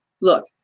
Look